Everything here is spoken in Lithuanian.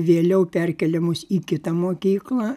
vėliau perkėlė mus į kitą mokyklą